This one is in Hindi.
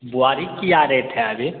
बोआरी क्या रेट है अभी